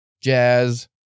jazz